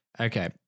Okay